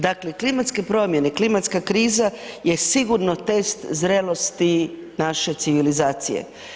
Dakle, klimatske promjene, klimatska kriza je sigurno test zrelosti naše civilizacije.